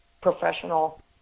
professional